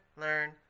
learn